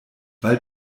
weil